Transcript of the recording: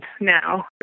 now